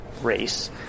race